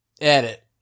Edit